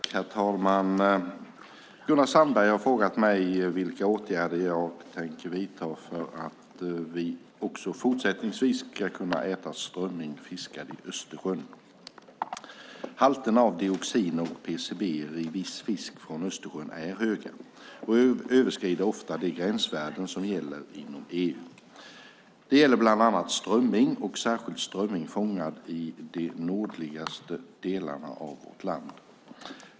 Herr talman! Gunnar Sandberg har frågat mig vilka åtgärder jag tänker vidta för att vi också fortsättningsvis ska kunna äta strömming fiskad i Östersjön. Halterna av dioxiner och PCB:er i viss fisk från Östersjön är höga och överskrider ofta de gränsvärden som gäller inom EU. Det gäller bland annat strömming, särskilt strömming fångad i de nordligaste delarna av vårt land.